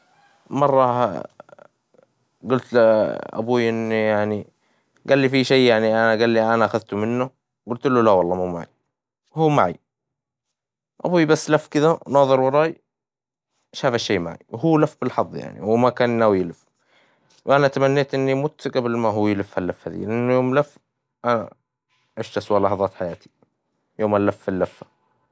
مرة قلت لأبوي إني يعني قال لي في شي يعني أنا أخذته منه قلت له لا والله مو معي، وهو معي، ابوي بس لف كذا وناظر وراي شاف الشي معي، وهو لف بالحظ يعني، هو ما كان ناوي يلف، وأنا تمنيت إني مت قبل ما هو يلف اللفة ذي، لأنه يوم لف عشت الأسوء لحظات حياتي يوم إن لف اللفة.